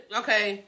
okay